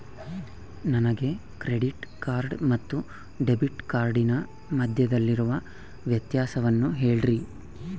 ನನಗೆ credit card ಮತ್ತು debit ಕಾರ್ಡಿನ ಮಧ್ಯದಲ್ಲಿರುವ ವ್ಯತ್ಯಾಸವನ್ನು ಹೇಳ್ರಿ?